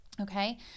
Okay